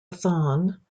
thong